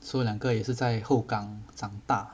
so 两个也是在 hougang 长大